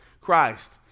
Christ